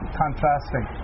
contrasting